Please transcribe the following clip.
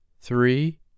Three